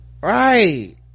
right